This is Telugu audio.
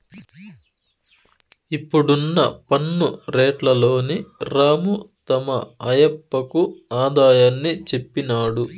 ఇప్పుడున్న పన్ను రేట్లలోని రాము తమ ఆయప్పకు ఆదాయాన్ని చెప్పినాడు